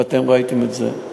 ואתם ראיתם את זה.